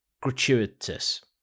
gratuitous